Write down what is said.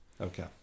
Okay